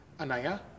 Anaya